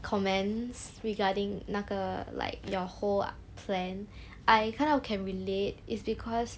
comments regarding 那个 like your whole plan I kind of can relate is because